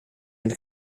ant